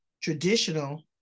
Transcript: traditional